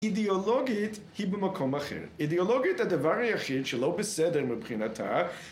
אידאולוגית היא במקום אחר. אידאולוגית הדבר היחיד שלא בסדר מבחינתה.